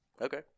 Okay